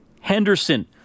Henderson